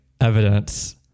evidence